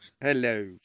Hello